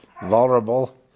vulnerable